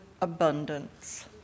abundance